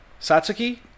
satsuki